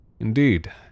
Indeed